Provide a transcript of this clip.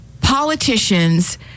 politicians